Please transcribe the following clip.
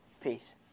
Peace